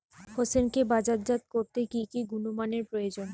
হোসেনকে বাজারজাত করতে কি কি গুণমানের প্রয়োজন?